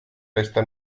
resta